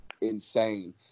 Insane